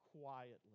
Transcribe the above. quietly